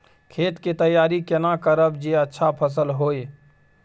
खेत के तैयारी केना करब जे अच्छा फसल होय?